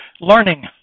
learning